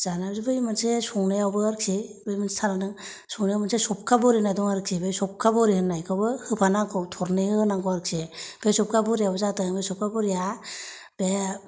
जानानै बै मोनसे संनायावबो आरोखि मोनसे थालांदो संनायाव सबखा बरि होनाय दं आरोखि बे सबखा बरि होननायखौबो होफानांगौ थरनै होनांगौ आरोखि बे सबखा बरिआव जादों सबखा बरिया बे